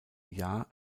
jahr